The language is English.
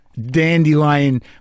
dandelion